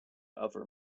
other